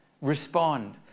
respond